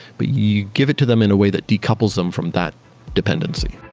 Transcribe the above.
but you give it to them in a way that decouples them from that dependency